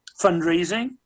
fundraising